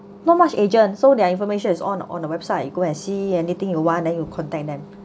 not much agent so their information is on on the website you go and see anything you want then you contact them